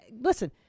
Listen